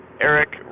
Eric